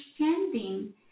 understanding